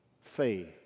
faith